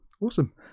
awesome